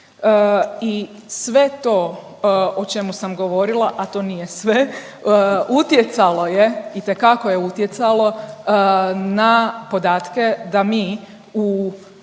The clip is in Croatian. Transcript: i sve to o čemu sam govorila, a to nije sve, utjecalo je, itekako je utjecalo na podatke da mi u